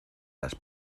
las